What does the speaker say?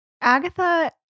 Agatha